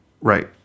Right